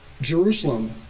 Jerusalem